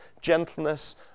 gentleness